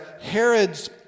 Herod's